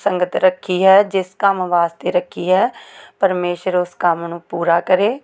ਸੰਗਤ ਰੱਖੀ ਹੈ ਜਿਸ ਕੰਮ ਵਾਸਤੇ ਰੱਖੀ ਹੈ ਪਰਮੇਸ਼ਰ ਉਸ ਕੰਮ ਨੂੰ ਪੂਰਾ ਕਰੇ